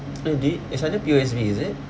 you did it's under P_O_S_B is it